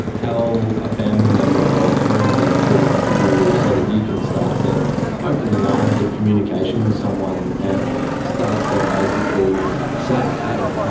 tell a family member or a friend that you feel comfortable with so that you can start to open the lines of communication with someone and start to basically say, hey,